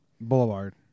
Boulevard